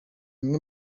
umwe